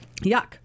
Yuck